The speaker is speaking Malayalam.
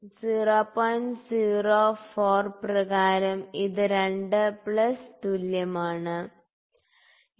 04 പ്രകാരം ഇത് 2 പ്ലസ് തുല്യമാണ് ശരി